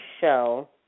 show